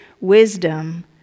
wisdom